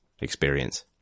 experience